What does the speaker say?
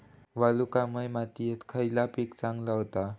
वालुकामय मातयेत खयला पीक चांगला होता?